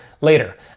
later